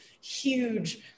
huge